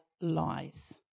lies